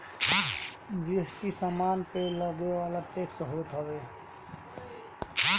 GST सामान पअ लगेवाला टेक्स होत हवे